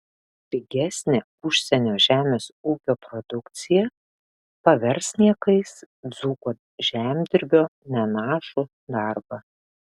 pigesnė užsienio žemės ūkio produkcija pavers niekais dzūko žemdirbio nenašų darbą